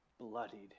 bloodied